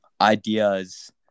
ideas